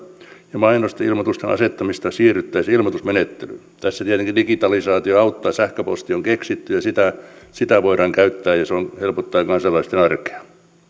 ja mainosten ja ilmoitusten asettamisessa siirryttäisiin ilmoitusmenettelyyn tässä tietenkin digitalisaatio auttaa sähköposti on keksitty ja sitä sitä voidaan käyttää ja se helpottaa kansalaisten arkea